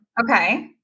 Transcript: Okay